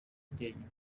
njyenyine